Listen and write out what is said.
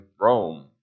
Rome